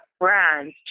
Brands